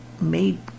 made